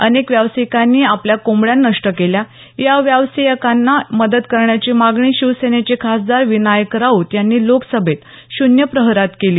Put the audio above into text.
अनेक व्यावसायिकांनी आपल्या कोंबड्या नष्ट केल्या या व्यावसायिकांना मदत करण्याची मागणी शिवसेनेचे खासदार विनायक राऊत यांनी लोकसभेत शून्यप्रहरात केली